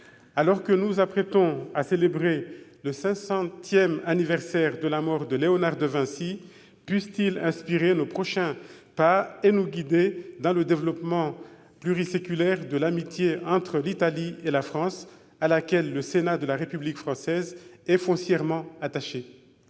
Alors que nous nous apprêtons à célébrer le 500 anniversaire de la mort de Léonard de Vinci, puisse-t-il inspirer nos prochains pas et nous guider dans le développement pluriséculaire de l'amitié entre l'Italie et la France, à laquelle le Sénat de la République française est foncièrement attaché.